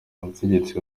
ubutegetsi